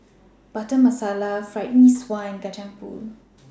Butter Masala Fried Mee Sua and Kacang Pool